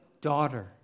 daughter